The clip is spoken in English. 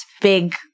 big